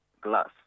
glass